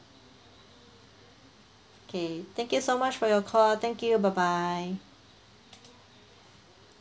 K thank you so much for your call thank you bye bye